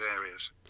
areas